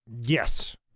Yes